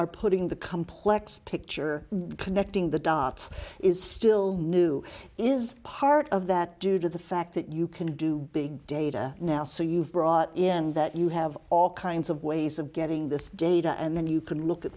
are putting the complex picture connecting the dots is still new is part of that due to the fact that you can do big data now so you've brought in that you have all kinds of ways of getting this data and then you can look at